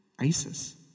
ISIS